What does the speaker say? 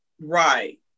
Right